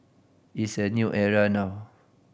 it's a new era now